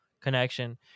connection